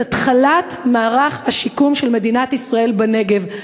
התחלת מערך השיקום של מדינת ישראל בנגב.